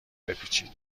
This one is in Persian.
بپیچید